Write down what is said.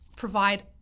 provide